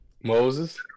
¿Moses